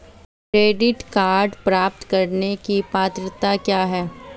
Credit card प्राप्त करने की पात्रता क्या है?